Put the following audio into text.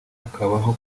hakabaho